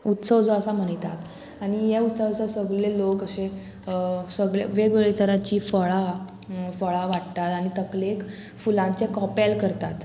उत्सव जो आसा मनयतात आनी ह्या उत्सवाक सगले लोक अशे सगळे वेगवेगळे तरांची फळां फळां वाडटात आनी तकलेक फुलांचे कॉपेल करतात